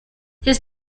his